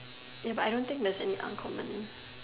Ya but I don't think there's any uncommon